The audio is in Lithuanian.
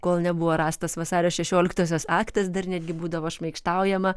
kol nebuvo rastas vasario šešioliktosios aktas dar netgi būdavo šmaikštaujama